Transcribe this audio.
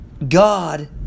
God